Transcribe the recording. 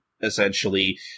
essentially